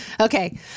Okay